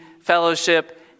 fellowship